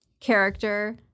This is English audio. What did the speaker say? character